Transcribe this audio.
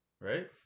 Right